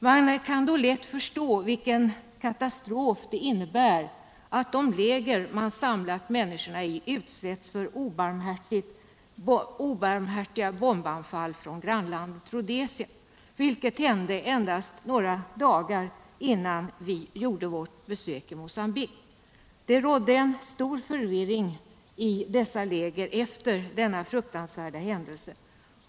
Man kan då lätt förstå vilken katastrof det innebär att de läger man samlat människor i utsätts för obarmhärtiga bombanfall från grannlandet Rhodesia, vilket hände endast några dagar innan vi gjorde vårt besök i Mogambique. Det rådde stor förvirring i dessa läger efter denna fruktansvärda händelse.